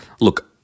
look